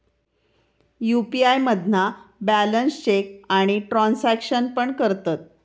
UPI मधना balance check आणि transaction पण करतत